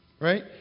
Right